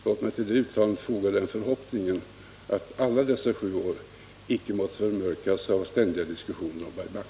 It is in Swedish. Låt mig till det uttalandet foga förhoppningen, att alla dessa sju år icke måtte förmörkas av ständiga diskussioner om Bai Bang.